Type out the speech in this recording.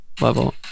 level